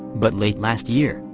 but late last year,